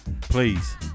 Please